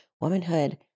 womanhood